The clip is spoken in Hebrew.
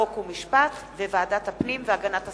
חוק ומשפט וועדת הפנים והגנת הסביבה.